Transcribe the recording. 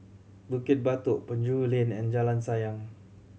Bukit Batok Penjuru Lane and Jalan Sayang